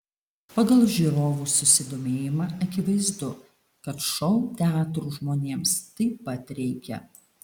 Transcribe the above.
pagal žiūrovų susidomėjimą akivaizdu kad šou teatrų žmonėms taip pat reikia